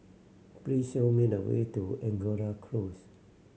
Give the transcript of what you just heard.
please show me the way to Angora Close